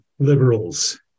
liberals